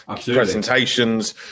presentations